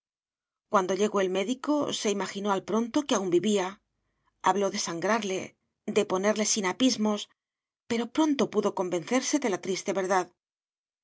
cuando llegó el médico se imaginó al pronto que aún vivía habló de sangrarle de ponerle sinapismos pero pronto pudo convencerse de la triste verdad ha